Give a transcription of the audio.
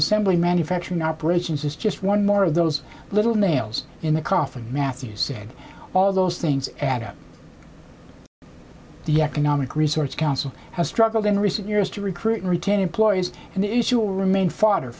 assembly manufacturing operations is just one more of those little nails in the coffin matthews said all those things add up the economic research council has struggled in recent years to recruit and retain employees and the issue will remain fodder